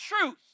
truth